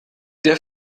der